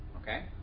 Okay